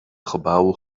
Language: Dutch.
gebouwen